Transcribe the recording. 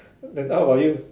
then how about you